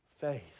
faith